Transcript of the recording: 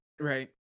right